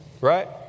right